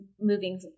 moving